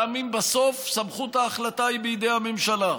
גם אם בסוף סמכות ההחלטה היא בידי הממשלה.